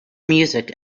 music